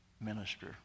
minister